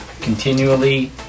continually